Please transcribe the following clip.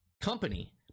company